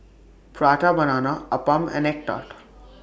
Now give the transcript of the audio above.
Prata Banana Appam and Egg Tart